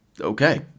Okay